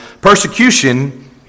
persecution